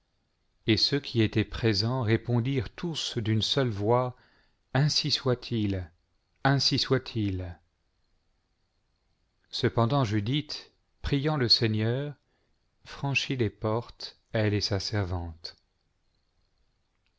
et ceux qui étaient présents répondirent tous d'une seule voix ainsi soit-il ainsi soit-il cependant judith priant le seigneur franchit les portes elle et sa servante